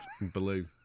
Blue